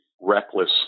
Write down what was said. reckless